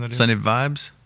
but sunday vibes?